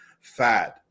fad